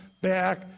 back